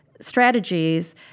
strategies